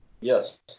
Yes